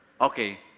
Okay